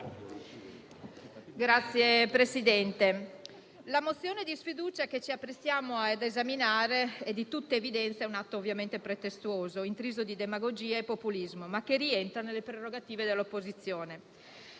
Signor Presidente, la mozione di sfiducia che ci apprestiamo ad esaminare è di tutta evidenza un atto pretestuoso, intriso di demagogia e populismo, che rientra però nelle prerogative dell'opposizione.